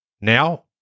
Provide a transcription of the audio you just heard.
Now